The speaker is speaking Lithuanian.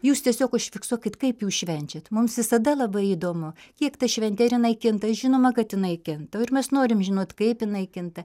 jūs tiesiog užfiksuokit kaip jūs švenčiat mums visada labai įdomu kiek ta šventė ar inai kinta žinoma kad inai kinta ir mes norim žinot kaip inai kinta